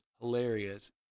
hilarious